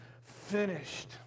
finished